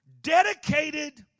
Dedicated